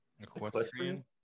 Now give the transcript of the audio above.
Equestrian